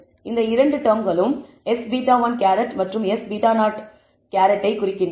இந்த இரண்டு டெர்ம்களும் s β̂1 மற்றும் s β̂0 ஐ குறிக்கின்றன